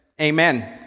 Amen